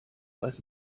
weiß